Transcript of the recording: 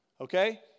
Okay